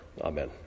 Amen